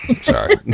sorry